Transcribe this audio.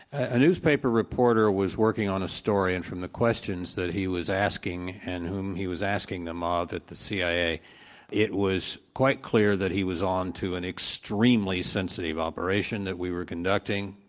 a newspaper reporter was working on a story, and from the questions that he was asking and whom he was asking them of at the cia it was quite clear that he was onto an extremely sensitive operation that we were conducting,